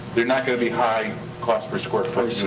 they're not gonna be high cost per square foot. so